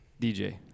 DJ